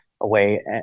away